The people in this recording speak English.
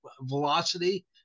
velocity